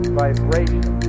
vibration